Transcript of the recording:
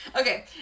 Okay